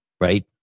Right